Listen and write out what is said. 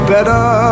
better